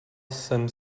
jsem